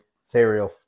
cereal